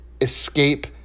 escape